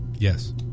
Yes